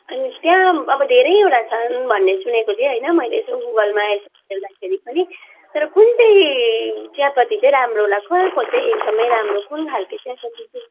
अनि त्यहाँ अब धेरैवटा छन् भन्ने सुनेको थिएँ मैले यसो गुगलमा यसो हेर्दाखेरि पनि तर कुन चाहिँ चियापत्ती चाहिँ राम्रो होला कहाँको चाहिँ एकदमै राम्रो कुन खालको चाहिँ त्यति चाहिँ